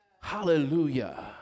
Hallelujah